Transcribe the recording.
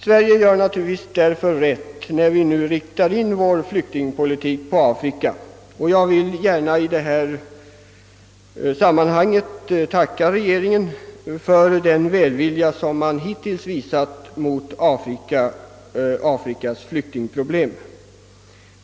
Sverige handlar därför rätt i att nu rikta in sin flyktingpolitik på Afrika, och jag vill gärna i detta sammanhang tacka regeringen för den förståelse man hittills visat för Afrikas flyktingproblem.